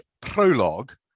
prologue